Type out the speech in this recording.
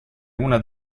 una